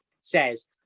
says